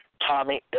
Tommy